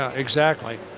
ah exactly.